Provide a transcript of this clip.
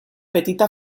petita